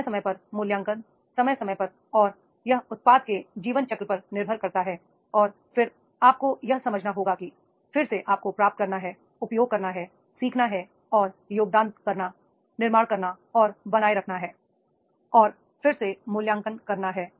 समय समय पर मूल्यांकन समय समय पर और यह उत्पाद के जीवन चक्र पर निर्भर करता है और फिर आपको यह समझना होगा कि फिर से आपको प्राप्त करना उपयोग करना सीखना और योगदान करना निर्माण करना और बनाए रखना है और फिर फिर से मूल्यांकन करना है